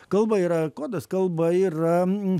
kalba yra kodas kalba yra